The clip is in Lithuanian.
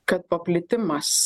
kad paplitimas